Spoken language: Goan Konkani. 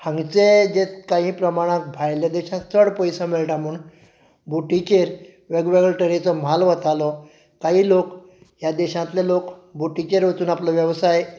हांगचे जे काही प्रमाणांत भायल्या देशांत चड पयसो मेळटा म्हूण बोटीचेर वेगळ्यावेगळे तरेचो म्हाल वतालो काही लोक ह्या देशांतले बोटीचेर वचून आपलो वेवसाय